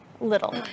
little